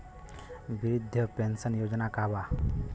वृद्ध पेंशन योजना का बा?